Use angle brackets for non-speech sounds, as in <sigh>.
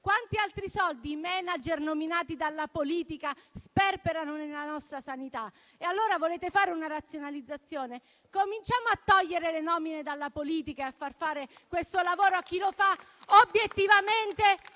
Quanti altri soldi i *manager* nominati dalla politica sperperano nella nostra sanità? Volete fare una razionalizzazione? Cominciamo a togliere le nomine alla politica <applause> e a far fare questo lavoro a chi lo fa obiettivamente,